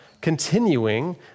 continuing